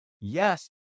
Yes